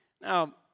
Now